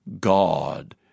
God